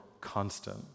constant